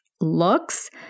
looks